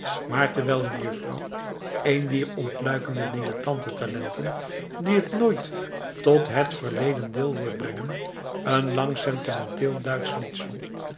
maar terwijl een juffrouw een dier ontluikende dilettantentalenten die het nooit tot het verleden deelwoord brengen een lang sentimenteel duits lied zong